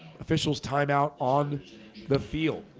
officials timeout on the field